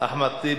ידידי